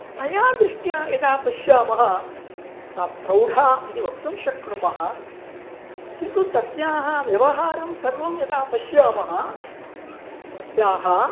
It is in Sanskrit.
तया दृष्ट्या यदा पश्यामः सा प्रौढा इति वक्तुं शक्नुमः किन्तु तस्याः व्यवहारं सर्वं यदा पश्यामः तस्याः